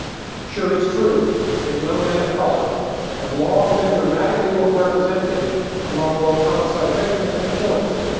sure, it's true that young men of color have long been dramatically overrepresented among both homicide victims and killers.